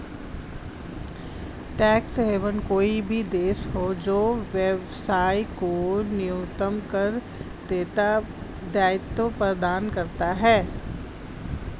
tax haven कोई भी देश है जो व्यवसाय को न्यूनतम कर देयता प्रदान करता है